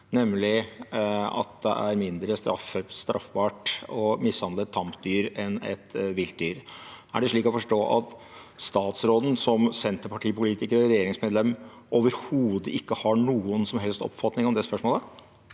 nemlig at det er mindre straffbart å mishandle et tamt dyr enn et vilt dyr. Er det slik å forstå at statsråden, som Senterparti-politiker og regjeringsmedlem, overhodet ikke har noen som helst oppfatning om det spørsmålet?